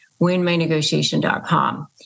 winmynegotiation.com